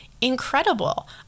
incredible